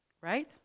Right